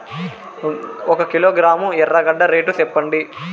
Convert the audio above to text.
ఒక కిలోగ్రాము ఎర్రగడ్డ రేటు సెప్పండి?